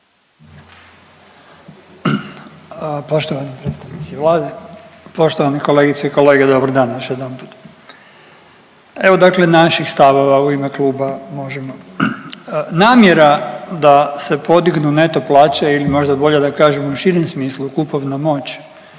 Poštovani predstavnici Vlade, poštovani kolegice i kolege dobar dan još jednom. Evo dakle naših stavova u ime kluba MOŽEMO. Namjera da se podignu neto plaće ili možda bolje da kažem u širem smislu kupovna moć